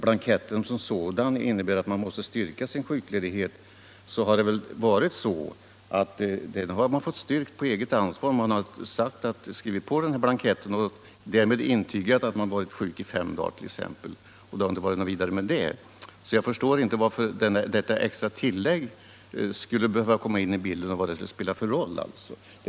Blanketten som sådan innebär att man måste styrka sin sjukledighet, men den har man även tidigare fått styrka på eget ansvar. Man har skrivit på blanketten och därmed intygat att man varit sjuk i t.ex. fem dagar, och det har inte varit något vidare med det. Jag förstår inte varför det extra tillägget skulle behöva komma in i bilden och för vilket ändamål.